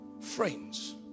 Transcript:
friends